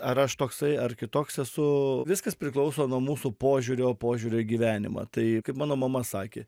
ar aš toksai ar kitoks esu viskas priklauso nuo mūsų požiūrio požiūrio į gyvenimą tai kaip mano mama sakė